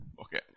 Okay